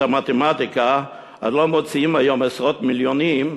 המתמטיקה לא מוציאים היום עשרות מיליונים,